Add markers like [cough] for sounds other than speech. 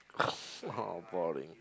[noise] boring